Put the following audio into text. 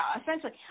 essentially